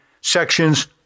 Sections